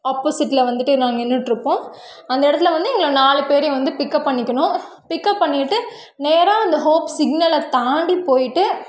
ஆப்போசிட்டில் வந்துவிட்டு நாங்கள் நின்றுட்ருப்போம் அந்த இடத்துல வந்து எங்களை நாலு பேரையும் வந்து பிக்அப் பண்ணிக்கணும் பிக்அப் பண்ணிகிட்டு நேராக அந்த ஹோப்ஸ் சிக்னலை தாண்டிப் போயிவிட்டு